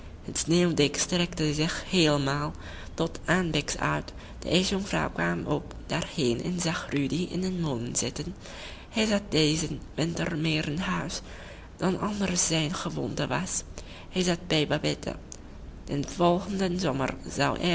het sneeuwdek strekte zich heelemaal tot aan bex uit de ijsjonkvrouw kwam ook daarheen en zag rudy in den molen zitten hij zat dezen winter meer in huis dan anders zijn gewoonte was hij zat bij babette den volgenden zomer